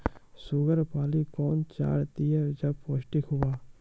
Sugar पाली कौन चार दिय जब पोस्टिक हुआ?